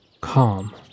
calm